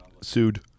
sued